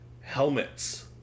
helmets